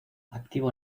activo